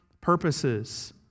purposes